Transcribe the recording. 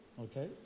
okay